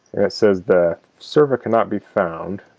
it says the server cannot be found